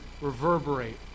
reverberate